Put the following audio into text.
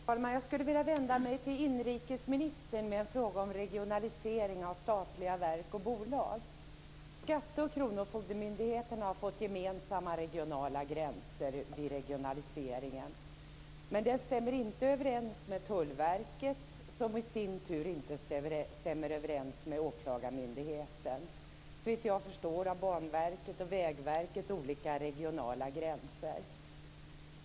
Fru talman! Jag skulle vilja vända mig till inrikesministern med en fråga om regionalisering av statliga verk och bolag. Skatte och kronofogdemyndigheterna har fått gemensamma regionala gränser vid regionaliseringen, men de stämmer inte överens med Tullverkets gränser, som i sin tur inte stämmer överens med åklagarmyndighetens gränser. Såvitt jag förstår har Banverket och Vägverket olika regionala gränser.